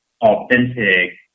authentic